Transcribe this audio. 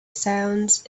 sounds